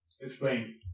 Explain